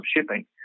shipping